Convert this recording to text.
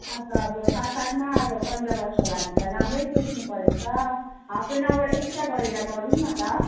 आज अब साथ साथमा अब पन्ध्र अगस्तको लागि त राम्रै सोच्नु परेको छ हाफ एन अवर एक्सट्रा गरेर गरौँ न त